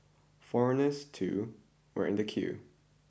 foreigners too were in the queue